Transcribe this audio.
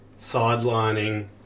sidelining